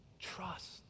Trust